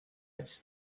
its